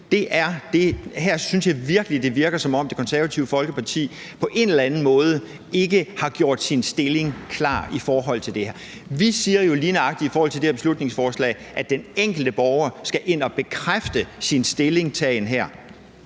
Her synes jeg virkelig, det virker, som om Det Konservative Folkeparti på en eller anden måde ikke har gjort sin stilling klar i forhold til det her. Vi siger jo lige nøjagtig i forhold til det her beslutningsforslag, at den enkelte borger skal ind at bekræfte sin stillingtagen her.